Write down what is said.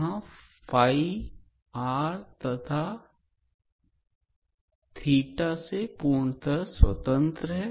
यहाँ r तथा से पूर्णता स्वतंत्र है